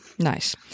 Nice